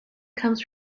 comes